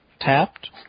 tapped